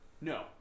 No